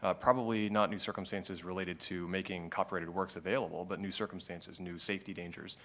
ah probably not new circumstances related to making copyrighted works available, but new circumstances, new safety dangers,